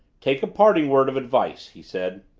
take a parting word of advice, he said.